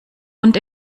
und